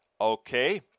Okay